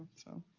so.